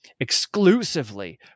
exclusively